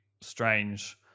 strange